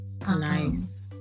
nice